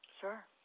Sure